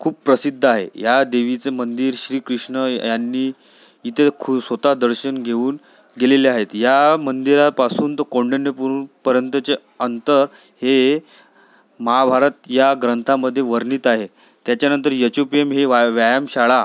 खूप प्रसिद्ध आहे या देवीचे मंदिर श्रीकृष्ण यांनी इथे खू स्वतः दर्शन घेऊन दिलेले आहेत या मंदिरापासून तो कौंडण्यपूरपर्यंतचे अंतर हे महाभारत या ग्रंथामधे वर्णित आहे त्याच्यानंतर यच उ पी म हे वाय व्यायामशाळा